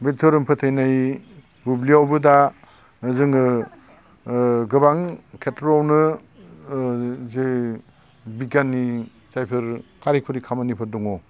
बे धोरोम फोथायनाय बुब्लियावबो दा जोङो ओ गोबां खेथ्र'आवनो ओ जे बिगियाननि जायफोर खारिखरि खामानिफोर दङ